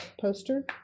poster